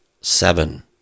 seven